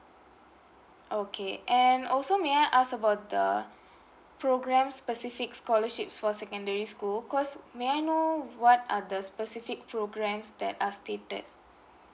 okay and also may I ask about the programme specific scholarships for secondary school 'cos may I know what are the specific programmes that are stated